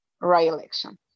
re-election